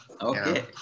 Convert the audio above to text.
Okay